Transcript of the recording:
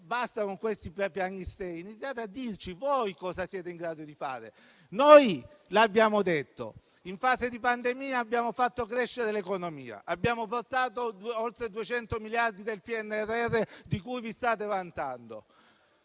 Basta con questi piagnistei, iniziate a dirci voi cosa siete in grado di fare. Noi lo abbiamo detto. In fase di pandemia abbiamo fatto crescere l'economia e abbiamo portato oltre 200 miliardi del PNRR, di cui vi state vantando.